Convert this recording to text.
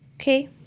Okay